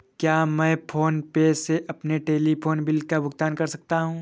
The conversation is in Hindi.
क्या मैं फोन पे से अपने टेलीफोन बिल का भुगतान कर सकता हूँ?